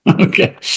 Okay